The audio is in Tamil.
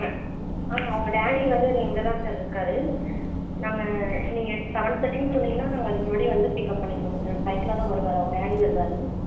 அவங்க டாடி வந்து இங்கே தான் சார் இருக்கார் நாங்கள் நீங்கள் செவன் தேர்ட்டின்னு சொன்னீங்கன்னா நாங்க அதுக்கு முன்னாடியே வந்து பிக்கப் பண்ணிக்கிறோம் சார் பைக்கில் தான் வருவார் அவங்க டாடி வருவார்